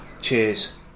Cheers